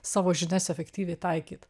savo žinias efektyviai taikyt